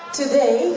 today